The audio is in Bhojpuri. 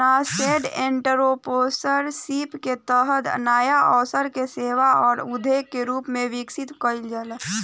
नासेंट एंटरप्रेन्योरशिप के तहत नाया अवसर के सेवा आ उद्यम के रूप में विकसित कईल जाला